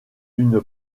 une